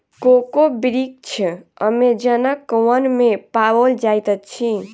cocoa वृक्ष अमेज़नक वन में पाओल जाइत अछि